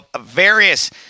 various